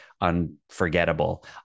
unforgettable